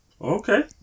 okay